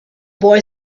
boy